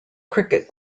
cricket